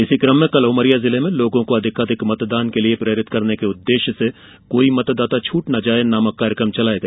इसी कम में कल उमरिया जिले में लोगों को अधिकाधिक मतदान हेतु प्रेरित करने के उद्वेश्य से कोई मतदाता छुट न जाए नामक कार्यकम चलाया गया